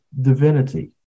divinity